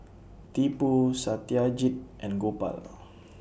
Tipu Satyajit and Gopal